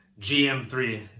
GM3